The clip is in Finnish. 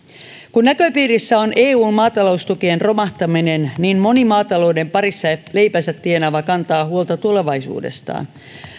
kun näköpiirissä on eun maataloustukien romahtaminen niin moni maatalouden parissa leipänsä tienaava kantaa huolta tulevaisuudestaan